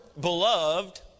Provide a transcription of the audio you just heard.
Beloved